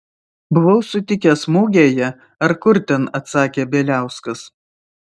buvau sutikęs mugėje ar kur ten atsakė bieliauskas